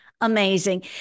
amazing